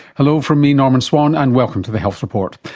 hello from me, norman swan, and welcome to the health report.